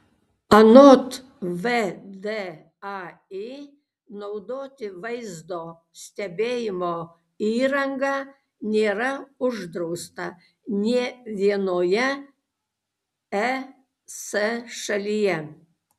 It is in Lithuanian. anot vdai naudoti vaizdo stebėjimo įrangą nėra uždrausta nė vienoje es šalyje